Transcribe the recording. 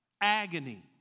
agony